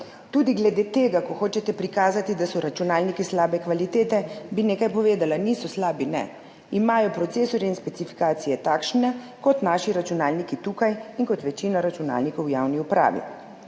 Tudi glede tega, ko hočete prikazati, da so računalniki slabe kvalitete, bi nekaj povedala. Niso slabi, ne. Imajo procesorji in specifikacije takšne kot naši računalniki tukaj in kot večina računalnikov v javni upravi.